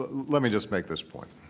but let me just make this point,